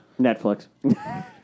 Netflix